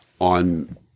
on